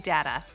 Data